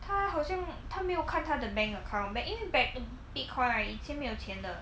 他好像他没有看他的 bank account but 因为 bac~ bitcoin right 以前没有钱的